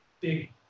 big